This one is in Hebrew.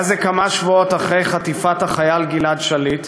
היה זה כמה שבועות אחרי חטיפת החייל גלעד שליט,